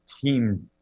team